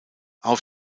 auf